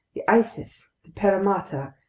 the isis, the paramatta,